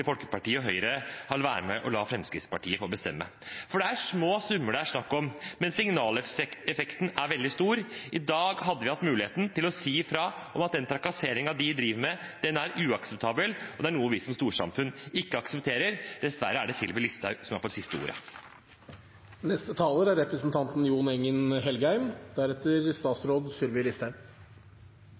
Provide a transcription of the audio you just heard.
Folkeparti og Høyre er med på å la Fremskrittspartiet bestemme. Det er små summer det er snakk om, men signaleffekten er veldig stor. I dag hadde vi hatt mulighet til å si fra om at trakasseringen de driver med, er uakseptabel og noe vi som storsamfunn ikke aksepterer. Dessverre er det Sylvi Listhaug som har fått det siste ord. Flyktningdebatten i Norge har de siste årene i altfor stor grad blitt styrt av signalet om hvor stor kapasitet noen mener det er